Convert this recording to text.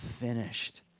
finished